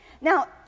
Now